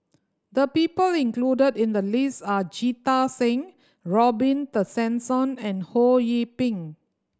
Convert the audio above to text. the people included in the list are Jita Singh Robin Tessensohn and Ho Yee Ping